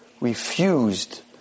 refused